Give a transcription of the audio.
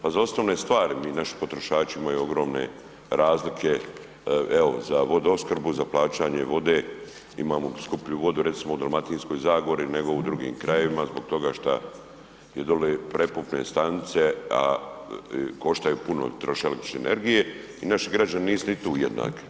Pa za osnovne stvari mi, naši potrošači imaju ogromne razlike, evo za vodoopskrbu za plaćanje vode imamo skuplju vodu recimo u Dalmatinskoj zagori nego u drugim krajevima zbog toga šta je dole prepumpne stanice, a koštaju puno troše električne energije i naši građani nisu ni tu jednaki.